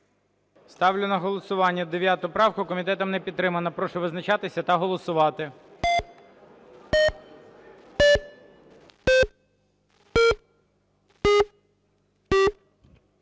Ставлю на голосування 9 правку. Комітетом не підтримана. Прошу визначатися та голосувати.